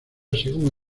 según